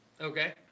Okay